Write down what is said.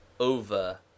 Over